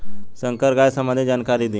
संकर गाय संबंधी जानकारी दी?